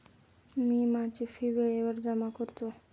मी माझी फी वेळेवर जमा करतो